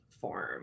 form